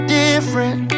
different